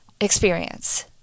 experience